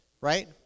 Right